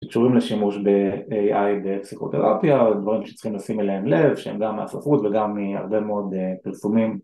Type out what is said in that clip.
קשורים לשימוש ב-AI בפסיכותרפיה, הדברים שצריכים לשים אליהם לב שהם גם מהספרות וגם מהרבה מאוד פרסומים